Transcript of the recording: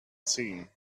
seen